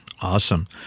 Awesome